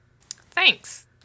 Thanks